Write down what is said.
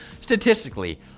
Statistically